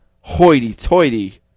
hoity-toity